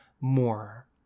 more